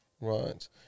Right